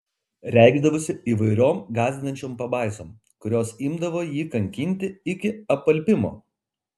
jos reikšdavosi įvairiom gąsdinančiom pabaisom kurios imdavo jį kankinti iki apalpimo